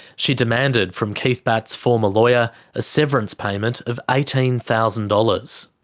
she demanded from keith batt's former lawyer a severance payment of eighteen thousand dollars.